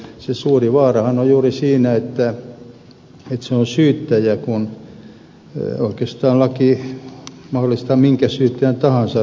se suuri vaarahan on juuri siinä että se on syyttäjä joka päättää syytteistä kun oikeastaan laki mahdollistaa minkä syyttäjän tahansa ratkaisun